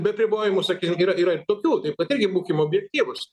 be apribojimų sakysim yra yra ir tokių taip kad irgi būkim objektyvūs